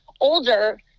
older